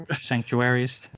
sanctuaries